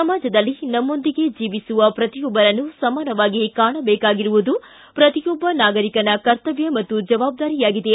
ಸಮಾಜದಲ್ಲಿ ನಮ್ಮೊಂದಿಗೆ ಜೀವಿಸುವ ಪ್ರತಿಯೊಬ್ಬರನ್ನು ಸಮಾನವಾಗಿ ಕಾಣಬೇಕಾಗಿರುವುದು ಪ್ರತಿಯೊಬ್ಬ ನಾಗರಿಕನ ಕರ್ತಮ್ತ ಮತ್ತು ಜವಾಬ್ದಾರಿಯಾಗಿದೆ